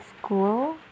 school